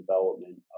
development